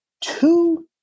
two